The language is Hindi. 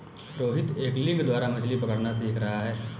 रोहित एंगलिंग द्वारा मछ्ली पकड़ना सीख रहा है